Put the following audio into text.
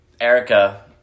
erica